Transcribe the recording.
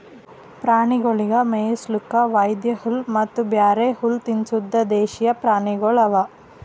ಪ್ರಾಣಿಗೊಳಿಗ್ ಮೇಯಿಸ್ಲುಕ್ ವೈದು ಹುಲ್ಲ ಮತ್ತ ಬ್ಯಾರೆ ಹುಲ್ಲ ತಿನುಸದ್ ದೇಶೀಯ ಪ್ರಾಣಿಗೊಳ್ ಅವಾ